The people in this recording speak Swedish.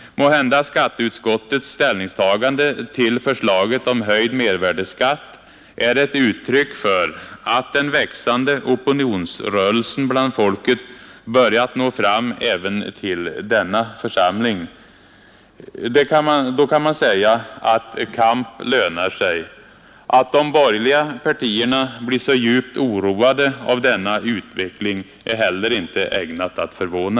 Måhända skatteutskottets ställningstagande till förslaget om höjd mervärdeskatt är ett uttryck för att den växande opinionsrörelsen bland folket börjat nå fram även till denna församling. Då kan man säga att kamp lönar sig. Att de borgerliga partierna blir så djupt oroade av denna utveckling är inte ägnat att förvåna!